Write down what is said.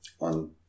on